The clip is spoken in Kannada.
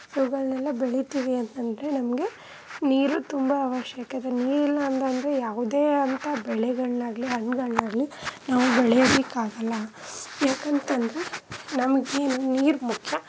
ಇವುಗಳ್ನೆಲ್ಲ ಬೆಳೀತೀವಿ ಅಂತಂದರೆ ನಮಗೆ ನೀರು ತುಂಬ ಆವಶ್ಯಕ ಇದೆ ನೀರಿಲ್ಲ ಅಂತಂದ್ರೆ ಯಾವುದೇ ಅಂತ ಬೆಳೆಗಳನ್ನಾಗ್ಲಿ ಹಣ್ಗಳ್ನಾಗ್ಲಿ ನಾವು ಬೆಳಿಯೋದಿಕ್ಕೆ ಆಗಲ್ಲ ಯಾಕಂತಂದರೆ ನಮಗೆ ನೀರು ಮುಖ್ಯ